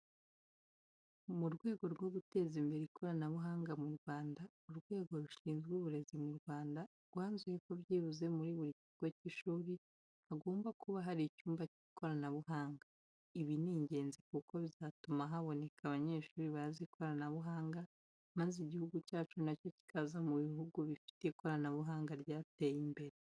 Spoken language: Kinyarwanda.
Mu rwego rwo guteza imbere ikoranabuhanga mu Rwanda, Urwego rushizwe Uburezi mu Rwanda rwanzuye ko byibuze muri buri kigo cy'amashuri hagomba buka hari icyumba cy'ikoranabuhanga. Ibi ni ingenzi kuko bizatuma haboneka abanyeshuri bazi iby'ikoranabuhanga maze igihugu cyacu na cyo kikaza mu buhugi bifite ikoranabuhanga ryateye imbere.